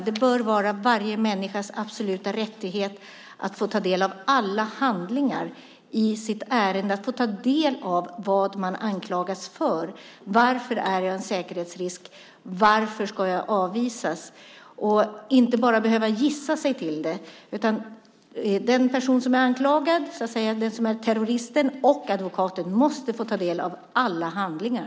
Det bör vara varje människas absoluta rättighet att få ta del av alla handlingar i sitt ärende, att få ta del av vad man anklagas för, att få veta varför man är en säkerhetsrisk och varför man ska avvisas. Man ska inte bara behöva gissa sig till det. Den person som är anklagad - den som är terroristen - och advokaten måste få ta del av alla handlingar.